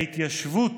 ההתיישבות